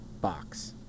box